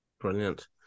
Brilliant